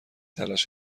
تلاش